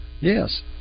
Yes